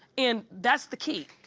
and that's the key.